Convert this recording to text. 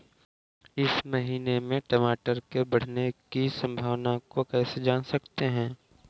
हम इस महीने में टमाटर के बढ़ने की संभावना को कैसे जान सकते हैं?